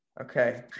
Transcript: Okay